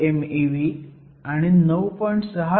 7 mev आणि 9